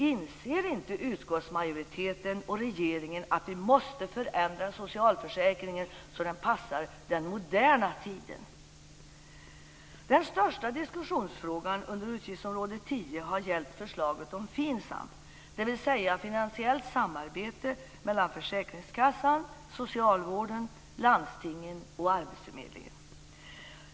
Inser inte utskottsmajoriteten och regeringen att vi måste förändra socialförsäkringen så att den passar den moderna tiden? 10 har gällt förslaget om FINSAM, dvs. finansiellt samarbete mellan försäkringskassan, socialvården, landstingen och arbetsförmedlingen.